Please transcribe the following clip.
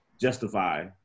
justify